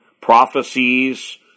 prophecies